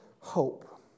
hope